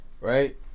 Right